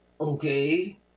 okay